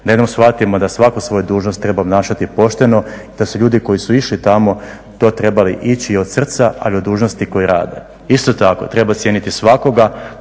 da jednom shvatimo da svatko svoju dužnost treba obnašati pošteno i da su ljudi koji su išli tamo to trebali ići od srca, ali i od dužnosti koje rade. Isto tako treba cijeniti svakoga